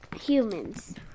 humans